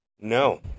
No